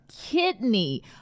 kidney